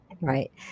Right